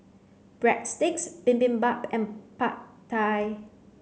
Breadsticks Bibimbap and Pad Thai